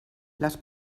les